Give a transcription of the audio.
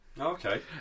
Okay